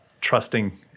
trusting